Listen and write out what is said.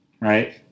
right